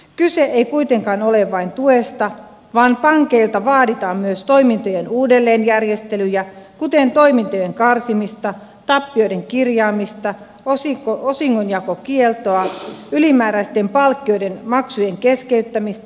kyse ei kuitenkaan ole vain tuesta vaan pankeilta vaaditaan myös toimintojen uudelleen järjestelyjä kuten toimintojen karsimista tappioiden kirjaamista osingonjakokieltoa ylimääräisten palkkioiden maksujen keskeyttämistä